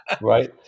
Right